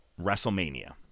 WrestleMania